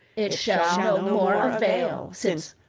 it shall no more avail, since,